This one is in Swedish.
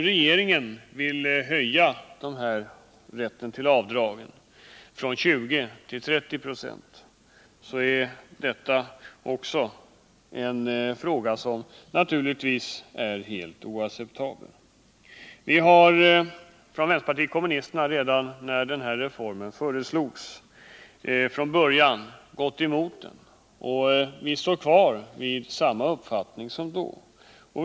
Regeringen vill nu höja sparskattereduktionen från 20 till 30 26, vilket naturligtvis inte är godtagbart. Redan när denna sparform föreslogs gick vi från vänsterpartiet kommunisterna emot den, och vi håller fast vid den uppfattning som vi då hade.